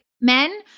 Men